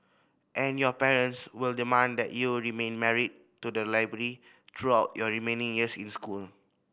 and your parents will demand that you remain married to the library throughout your remaining years in school